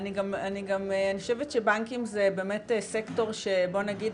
אני חושבת שבנקים זה באמת סקטור שבוא נגיד,